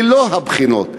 ללא הבחינות.